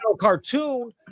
cartoon